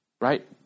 Right